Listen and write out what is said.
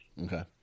okay